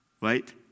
Right